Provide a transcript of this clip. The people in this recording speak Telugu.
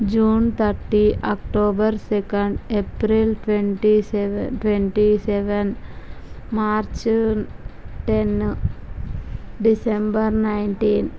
June thirty October second April twenty seven twenty seven March ten December nineteen